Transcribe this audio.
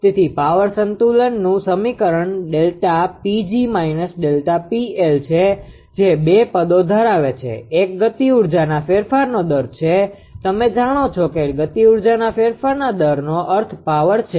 તેથી પાવર સંતુલનનું સમીકરણ Δ𝑃𝑔 − ΔPL છે જે બે પદો ધરાવે છે એક ગતિઊર્જાના ફેરફારનો દર છે તમે જાણો છો કે ગતિઊર્જાના ફેરફારના દરનો અર્થ પાવર છે